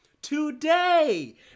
today